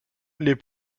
les